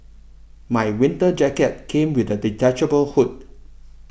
my winter jacket came with a detachable hood